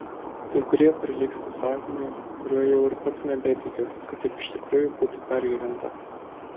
kai kurie prilygsta sapnui kuriuo jau ir pats nebetikiu kad taip iš tikrųjų būtų pergyventa